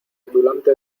ondulante